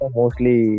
mostly